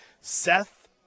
Seth